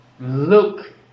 look